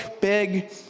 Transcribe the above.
big